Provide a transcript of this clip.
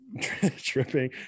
tripping